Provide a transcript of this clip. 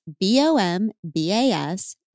B-O-M-B-A-S